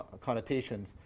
connotations